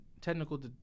technical